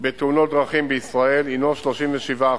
בתאונות דרכים בישראל הינו 37%,